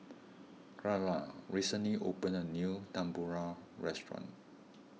Kyara recently opened a new Tempura restaurant